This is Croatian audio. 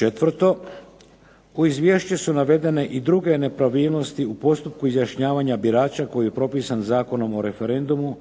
Četvrto. U izviješću su navedene i druge nepravilnosti u postupku izjašnjavanja birača koji je propisan Zakonom o referendumu